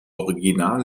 original